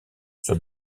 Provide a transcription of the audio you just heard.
sur